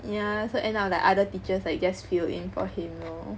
yeah so end up like other teachers like just fill in for him lor